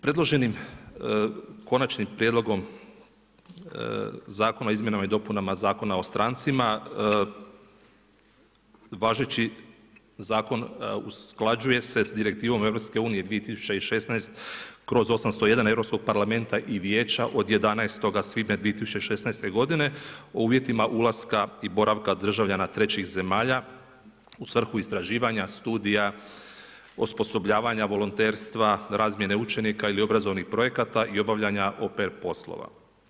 Predloženim Konačnim prijedlogom zakona o izmjena i dopunama Zakona o strancima važeći zakon usklađuje se s direktivom EU 2016/801 EU Parlamenta i Vijeća od 11. svibnja 2016. godine o uvjetima ulaska i boravka državljana trećih zemalja u svrhu istraživanja studija, osposobljavanja, volonterstva, razmjene učenika ili obrazovnih projekata i obavljanja OPR poslova.